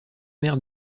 maire